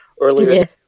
earlier